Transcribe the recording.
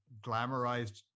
glamorized